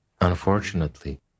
unfortunately